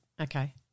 Okay